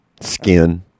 skin